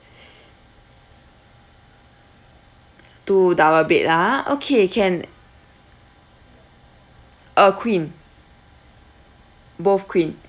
two double bed ah okay can uh queen both queen